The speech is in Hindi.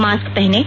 मास्क पहनें